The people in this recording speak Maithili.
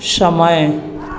समय